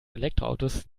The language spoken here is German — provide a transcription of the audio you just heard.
elektroautos